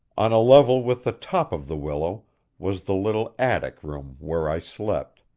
on a level with the top of the willow was the little attic room where i slept,